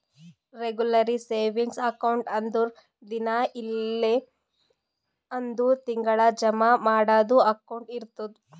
regular savings account ಅಂದುರ್ ದಿನಾ ಇಲ್ಲ್ ಅಂದುರ್ ತಿಂಗಳಾ ಜಮಾ ಮಾಡದು ಅಕೌಂಟ್ ಇರ್ತುದ್